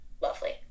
lovely